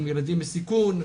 עם ילדים בסיכון,